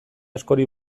askori